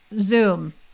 Zoom